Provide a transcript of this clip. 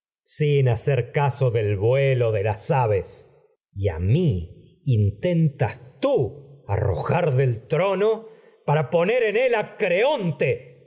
mi ingenio caso del vuelo de las aves y a mí intentas tú rrojar del trono para poner en él a creonte